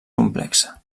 complexa